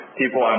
people